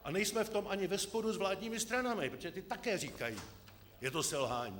A nejsme v tom ani ve sporu s vládními stranami, protože ty také říkají: je to selhání.